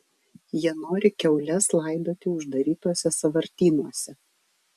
jie nori kiaules laidoti uždarytuose sąvartynuose